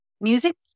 Music